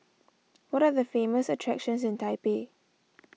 what are the famous attractions in Taipei